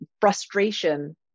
frustration